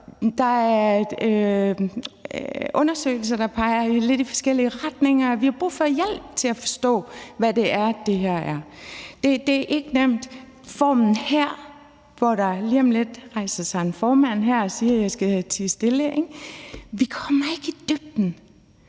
der er undersøgelser, der peger lidt i forskellige retninger, så vi har brug for hjælp til at forstå, hvad det her er. Det er ikke nemt. Med den form for debat, vi har her, hvor der lige om lidt rejser sig en formand og siger, at jeg skal tie stille, kommer vi ikke dybden;